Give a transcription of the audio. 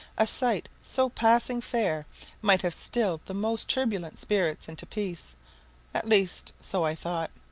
a sight so passing fair might have stilled the most turbulent spirits into peace at least so i thought,